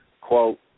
quote